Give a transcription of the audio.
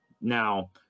Now